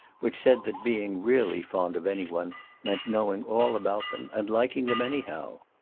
which said that being really fond of any one meant knowing all about them and liking them anyhow.